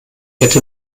hätte